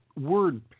word